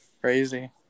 Crazy